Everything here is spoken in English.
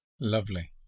Lovely